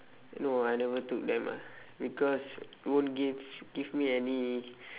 no ah I never took them ah because won't give give me any